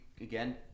again